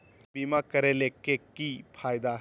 बीमा करैला के की फायदा है?